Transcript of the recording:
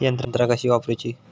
यंत्रा कशी वापरूची?